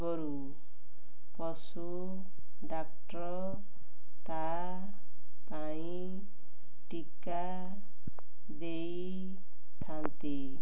ପୂର୍ବରୁ ପଶୁ ଡାକ୍ତର ତା ପାଇଁ ଟିକା ଦେଇଥାନ୍ତି